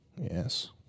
Yes